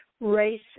race